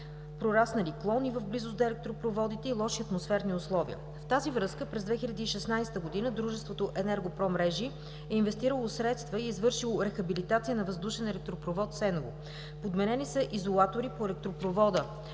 прораснали клони в близост до електропроводите и лоши атмосферни условия. В тази връзка през 2016 г. дружеството „ЕНЕРГО-ПРО Мрежи“ е инвестирало средства и извършило рехабилитация на въздушен електропровод Сеново. Подменени са изолатори по електропровода